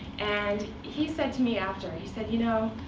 and he said to me after, he said, you know,